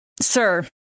sir